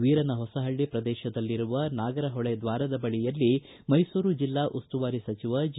ವೀರನಹೊಸಹಳ್ಳ ಪ್ರದೇಶದಲ್ಲಿರುವ ನಾಗರಹೊಳೆ ದ್ವಾರದ ಬಳಿಯಲ್ಲಿ ಮೈಸೂರು ಜಿಲ್ಲಾ ಉಸ್ತುವಾರಿ ಸಚಿವ ಜಿ